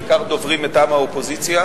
בעיקר דוברים מטעם האופוזיציה.